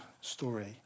story